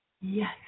Yes